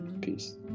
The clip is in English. Peace